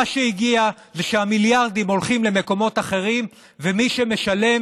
מה שהגיע זה שהמיליארדים הולכים למקומות אחרים ומי שמשלם